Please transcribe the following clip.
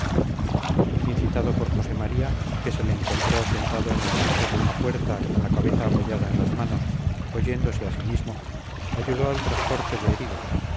incitado por josé maría que se le encontró sentado en el quicio de una puerta con la cabeza apoyada en las manos oyéndose a sí mismo ayudó al transporte de heridos